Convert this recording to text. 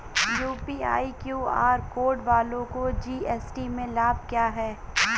UPI QR code वालों को GST में लाभ क्या है?